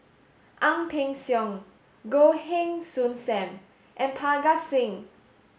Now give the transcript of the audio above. Ang Peng Siong Goh Heng Soon Sam and Parga Singh